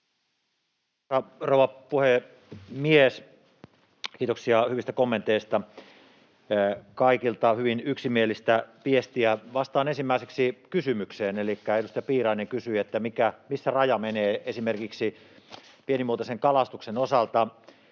Kiitoksia hyvistä kommenteista. Kaikilta on hyvin yksimielistä viestiä. Vastaan ensimmäiseksi kysymykseen. Elikkä edustaja Piirainen kysyi, missä menee raja esimerkiksi pienimuotoisen kalastuksen osalta.